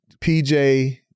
PJ